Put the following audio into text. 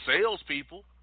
salespeople